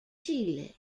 chile